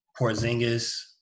Porzingis